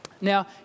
Now